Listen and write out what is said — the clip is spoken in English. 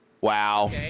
Wow